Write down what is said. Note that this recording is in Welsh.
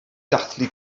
dathlu